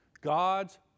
God's